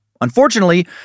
Unfortunately